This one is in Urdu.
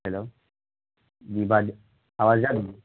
ہلو جی آواز جا رہی ہے